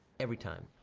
every time.